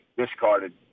discarded